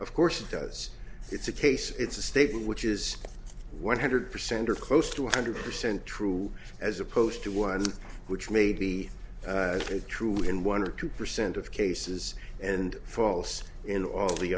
of course it does it's a case it's a statement which is one hundred percent or close to one hundred percent true as opposed to one which may be true in one or two percent of cases and false in all the